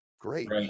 Great